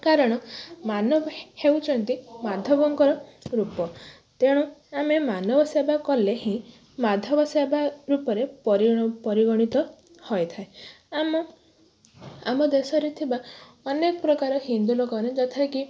କାରଣ ମାନବ ହେଉଛନ୍ତି ମାଧବଙ୍କର ରୂପ ତେଣୁ ଆମେ ମାନବ ସେବା କଲେ ହିଁ ମାଧବ ସେବା ରୂପରେ ପରିଗଣିତ ହୋଇଥାଏ ଆମ ଆମ ଦେଶରେ ଥିବା ଅନେକ ପ୍ରକାର ହିନ୍ଦୁ ଲୋକମାନେ ଯଥା କି